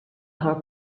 her